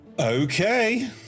Okay